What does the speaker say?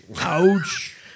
Ouch